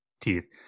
Teeth